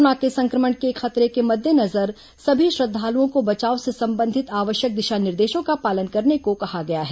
corona के संक्रमण के खतरे के मद्देनजर सभी श्रद्धालुओं को बचाव से संबंधित आवश्यक दिशा निर्देशों का पालन करने को कहा गया है